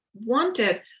wanted